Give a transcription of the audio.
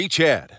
Chad